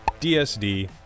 DSD